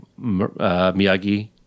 Miyagi